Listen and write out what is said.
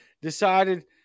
decided